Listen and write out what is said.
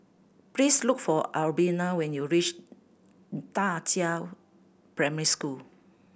please look for Albina when you reach Da Qiao Primary School